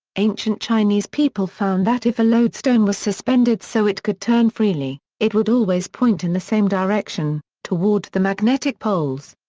ancient chinese people found that if a lodestone was suspended suspended so it could turn freely, it would always point in the same direction, toward the magnetic poles.